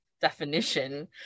definition